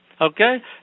Okay